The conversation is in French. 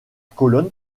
colonne